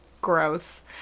gross